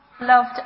loved